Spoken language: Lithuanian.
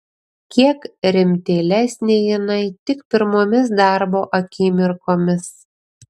kiek rimtėlesnė jinai tik pirmomis darbo akimirkomis